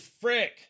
Frick